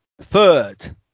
third